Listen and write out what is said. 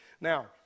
Now